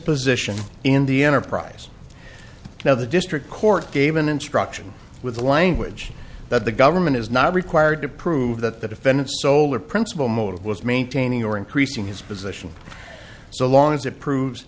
position in the enterprise now the district court gave an instruction with the language that the government is not required to prove that the defendant solar principle motive was maintaining or increasing his position so long as it proves